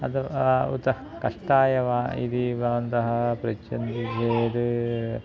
अद्य आम् उत कष्टाय वा इति वा भवन्तः पृच्छन्ति चेत्